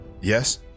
Yes